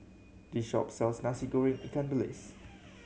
this shop sells Nasi Goreng ikan bilis